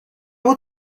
بود